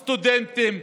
סטודנטים,